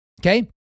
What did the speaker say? Okay